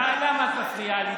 למה את מפריעה לי?